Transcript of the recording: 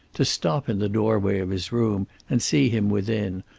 to stop in the doorway of his room and see him within,